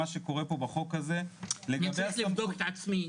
מה שקורה פה בחוק הזה --- אני צריך לבדוק את עצמי,